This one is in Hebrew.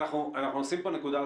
עופר, אנחנו נשים פה נקודה.